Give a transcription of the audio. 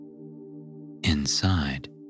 Inside